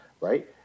right